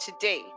Today